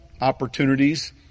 opportunities